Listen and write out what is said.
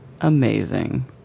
amazing